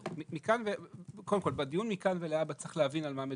בדיון מכאן ולהבא צריך להבין על מה מדובר.